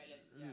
uh